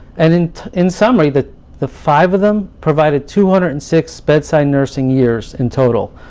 and in in summary, the the five of them provided two hundred and six bedside nursing years, in total,